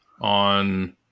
on